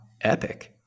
Epic